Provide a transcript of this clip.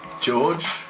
George